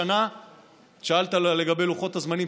שאלת לגבי לוחות הזמנים,